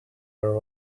are